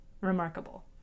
remarkable